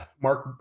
mark